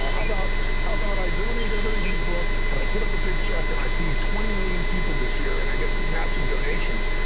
how about how about i donate everything from the book, and i put up a big check, and i feed twenty million people this year, and i get matching donations.